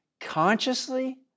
consciously